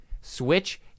Switch